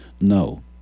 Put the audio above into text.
no